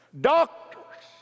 doctors